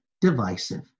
Divisive